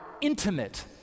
intimate